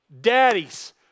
Daddies